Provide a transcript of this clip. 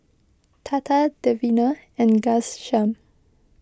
Tata Davinder and Ghanshyam